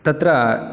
तत्र